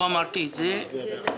לא אמרתי את זה.